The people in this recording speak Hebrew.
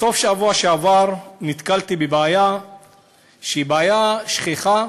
בסוף השבוע שעבר נתקלתי בבעיה שהיא בעיה שכיחה